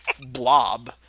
blob